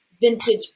vintage